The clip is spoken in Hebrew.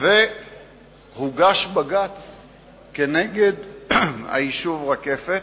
והוגש בג"ץ נגד היישוב רקפת,